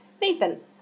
Nathan